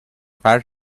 five